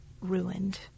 ruined